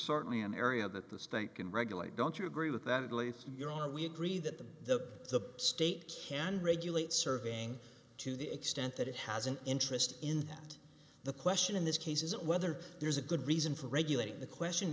certainly an area that the state can regulate don't you agree with that at least your honor we agree that the state can regulate serving to the extent that it has an interest in that the question in this case is whether there's a good reason for regulating the question